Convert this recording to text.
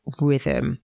rhythm